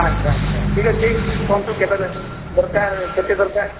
ଆଚ୍ଛା ଆଚ୍ଛା ଠିକ୍ ଅଛି କୁହନ୍ତୁ କେବେ ଦରକାର କେତେ ଦରକାର